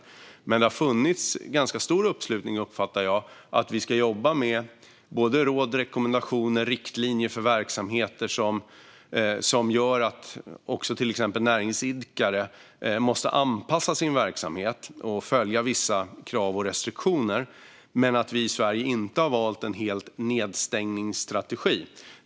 Jag uppfattar att det har funnits en stor uppslutning bakom att jobba med råd, rekommendationer och riktlinjer för verksamheter, till exempel att näringsidkare måste anpassa sin verksamhet och följa vissa krav och restriktioner. Men vi har i Sverige inte valt en nedstängningsstrategi.